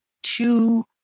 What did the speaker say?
two